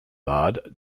bad